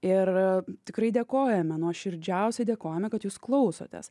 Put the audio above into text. ir tikrai dėkojame nuoširdžiausiai dėkojame kad jūs klausotės